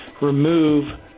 remove